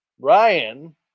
Ryan